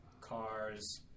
cars